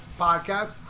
podcast